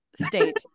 state